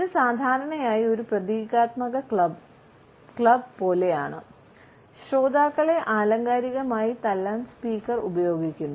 ഇത് സാധാരണയായി ഒരു പ്രതീകാത്മക ക്ലബ് പോലെയാണ് ശ്രോതാക്കളെ ആലങ്കാരികമായി തല്ലാൻ സ്പീക്കർ ഉപയോഗിക്കുന്നു